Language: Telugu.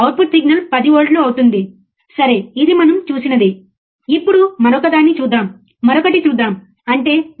మరియు అవుట్పుట్ వోల్టేజ్లో మార్పు సమయానికి సంబంధించి ఉంటుంది